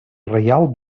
reial